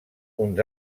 uns